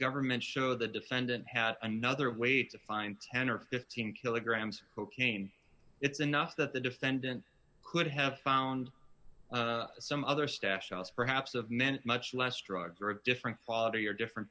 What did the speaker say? government show the defendant had another way to find ten or fifteen kilograms cocaine it's enough that the defendant could have found some other stash else perhaps of many much less drugs are of different quality or different